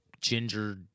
ginger